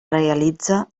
realitze